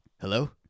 Hello